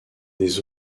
des